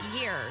years